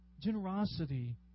Generosity